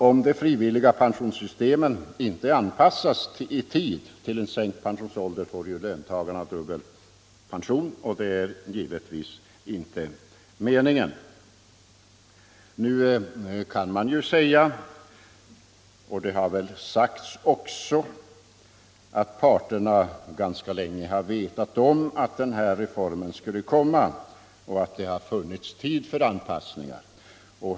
Om de frivilliga pensionssystemen inte i tid anpassas till den sänkta pensionsåldern får ju löntagarna dubbel pension, och det är givetvis inte meningen. Man kan säga — och det har väl också sagts — att parterna på arbetsmarknaden ganska länge har vetat om att den här reformen skulle komma att genomföras och att det därför har funnits tid för en sådan anpassning.